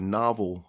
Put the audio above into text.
novel